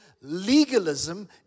legalism